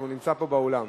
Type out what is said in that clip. והוא נמצא פה באולם.